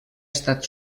estat